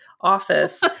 office